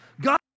God